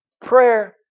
Prayer